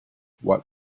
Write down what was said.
what